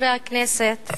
חברי הכנסת,